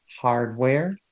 hardware